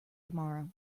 tomorrow